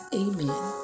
amen